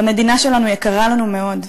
והמדינה שלנו יקרה לנו מאוד.